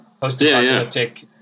post-apocalyptic